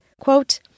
Quote